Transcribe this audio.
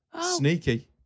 Sneaky